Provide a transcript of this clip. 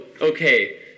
okay